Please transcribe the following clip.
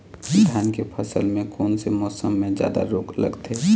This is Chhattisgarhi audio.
धान के फसल मे कोन से मौसम मे जादा रोग लगथे?